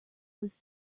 was